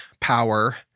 power